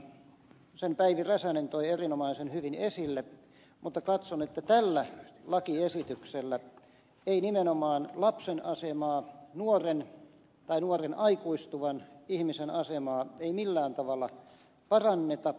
päivi räsänen toi erinomaisen hyvin esille mutta katson että tällä lakiesityksellä ei nimenomaan lapsen asemaa nuoren tai nuoren aikuistuvan ihmisen asemaa millään tavalla paranneta